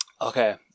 Okay